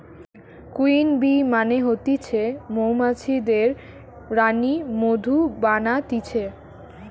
queen bee মানে হতিছে মৌমাছিদের রানী মধু বানাতিছে